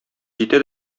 җитә